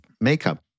makeup